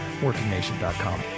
WorkingNation.com